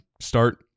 start